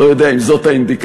אני לא יודע אם זאת האינדיקציה,